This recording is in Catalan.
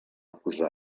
posar